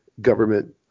government